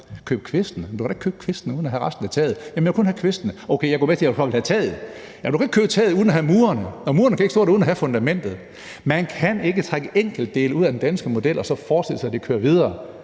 Købe kvisten? Man kan da ikke købe kvisten uden at få resten af taget med. Men de vil kun have kvisten. Okay, de går med til også at få taget. Men man kan ikke købe taget uden også at få murene med, og murene kan ikke stå uden at have fundamentet. Man kan ikke trække enkeltdele ud af den danske model og så forestille sig, at det kører videre.